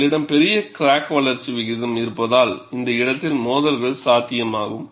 உங்களிடம் பெரிய கிராக் வளர்ச்சி விகிதம் இருப்பதால் இந்த இடத்தில் மோதல்கள் சாத்தியமாகும்